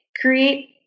create